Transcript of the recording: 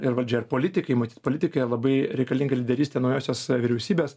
ir valdžia ir politikai matyt politikoj labai reikalinga lyderystė naujosios vyriausybės